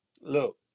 look